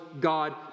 God